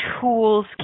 tools